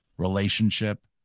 relationship